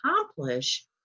accomplish